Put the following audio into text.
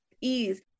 ease